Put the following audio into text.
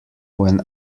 when